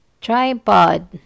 tripod